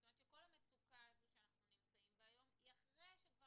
זאת אומרת שכל המצוקה הזו שאנחנו נמצאים בה היום היא אחרי שכבר